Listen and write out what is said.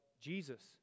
Jesus